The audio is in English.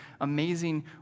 amazing